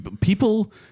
people